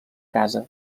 casa